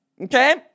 okay